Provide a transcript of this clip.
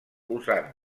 usant